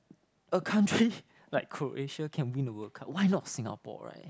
a country like Croatia can win the World Cup why not Singapore [right]